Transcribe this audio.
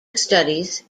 studies